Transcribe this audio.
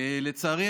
לצערי,